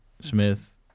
Smith